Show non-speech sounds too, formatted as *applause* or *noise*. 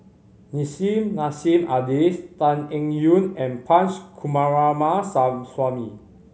Nissim Nassim Adis Tan Eng Yoon and Punch *unintelligible*